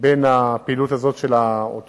בין הפעילות הזאת של האוטובוסים